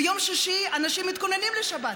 ביום שישי אנשים מתכוננים לשבת,